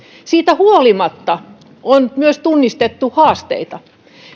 siitä huolimatta on myös tunnistettu haasteita